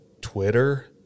Twitter